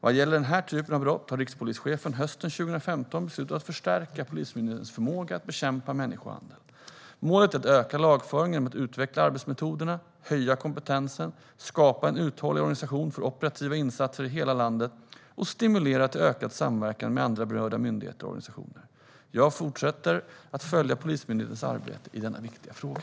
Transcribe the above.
Vad gäller den här typen av brott beslutade rikspolischefen hösten 2015 att förstärka Polismyndighetens förmåga att bekämpa människohandel. Målet är att öka lagföringen genom att utveckla arbetsmetoderna, höja kompetensen, skapa en uthållig organisation för operativa insatser i hela landet och stimulera till ökad samverkan med andra berörda myndigheter och organisationer. Jag fortsätter att följa Polismyndighetens arbete i denna viktiga fråga.